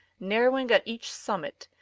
narrowing at each summit,